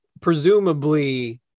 presumably